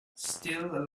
still